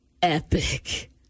epic